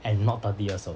and not thirty years old